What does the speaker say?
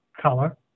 color